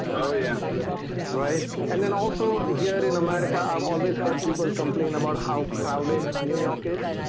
oh, yeah right and then also here in america. i've always heard people complain about how crowded new york is